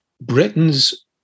Britain's